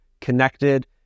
connected